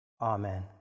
Amen